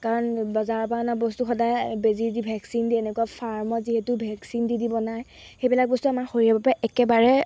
কাৰণ বজাৰৰ পৰা অনা বস্তু সদায় বেজী দি ভেকচিন দি এনেকুৱা ফাৰ্মত যিহেতু ভেকচিন দি দি বনায় সেইবিলাক বস্তু আমাৰ শৰীৰৰ বাবে একেবাৰে